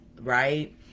right